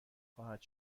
خواهد